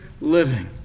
living